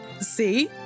See